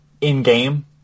in-game